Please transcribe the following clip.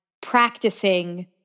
practicing